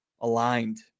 aligned